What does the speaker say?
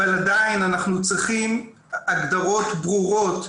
אבל עדיין אנחנו צריכים הגדרות ברורות.